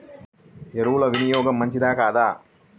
ఎరువుల వినియోగం మంచిదా కాదా?